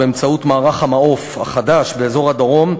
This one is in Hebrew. באמצעות מערך "המעוף" החדש באזור הדרום,